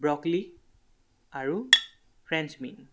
broccoli আৰু French bean